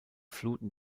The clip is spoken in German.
fluten